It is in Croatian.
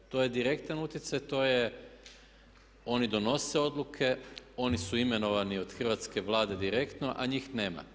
To je direktan utjecaj, to je oni donose odluke, oni su imenovani od hrvatske Vlade direktno, a njih nema.